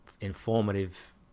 informative